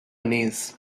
knees